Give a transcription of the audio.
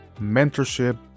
mentorship